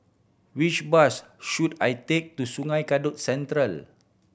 which bus should I take to Sungei Kadut Central